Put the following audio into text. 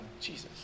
Jesus